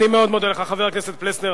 אני מאוד מודה לך, חבר הכנסת פלסנר.